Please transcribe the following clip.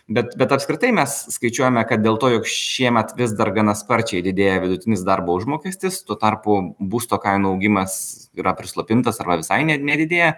bet bet apskritai mes skaičiuojame kad dėl to jog šiemet vis dar gana sparčiai didėja vidutinis darbo užmokestis tuo tarpu būsto kainų augimas yra prislopintas arba visai ne nedidėja